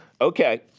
Okay